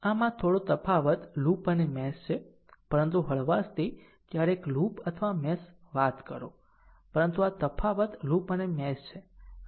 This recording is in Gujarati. આમ આ થોડો તફાવત લૂપ અને મેશ છે પરંતુ હળવાશથી ક્યારેક લૂપ અથવા મેશ વાત કરો પરંતુ આ તફાવત લૂપ અને મેશ છે